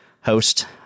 host